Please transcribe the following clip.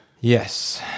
Yes